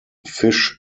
fish